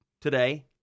today